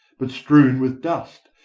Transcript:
but strewn with dust,